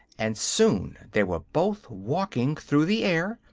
and soon they were both walking through the air,